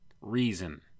Reason